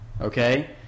Okay